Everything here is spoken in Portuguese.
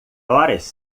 horas